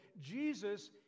Jesus